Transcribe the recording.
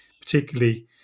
particularly